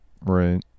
Right